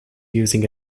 using